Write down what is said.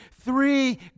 three